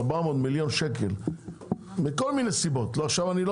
400 מיליון שקל מכל מיני סיבות עכשיו אני לא